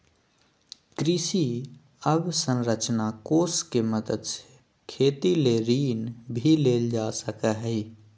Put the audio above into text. कृषि अवसरंचना कोष के मदद से खेती ले ऋण भी लेल जा सकय हय